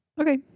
Okay